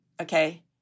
okay